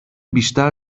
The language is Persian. بیشتر